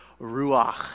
ruach